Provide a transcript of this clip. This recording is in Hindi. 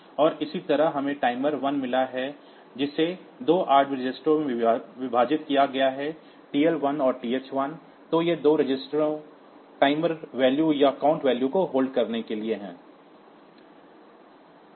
और इसी तरह हमें टाइमर 1 मिला है जिसे 2 8 बिट रजिस्टरों में विभाजित किया गया है TL1 और TH1 तो ये 2 रजिस्टर्स टाइम वैल्यू या काउंट वैल्यू को होल्ड करने के लिए हैं